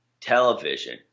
television